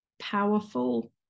powerful